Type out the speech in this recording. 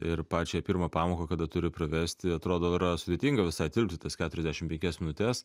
ir pačią pirmą pamoką kada turi pravesti atrodo yra sudėtinga visai tilpti tas keturiasdešim penkias minutes